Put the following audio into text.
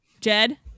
Jed